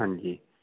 ਹਾਂਜੀ